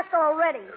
already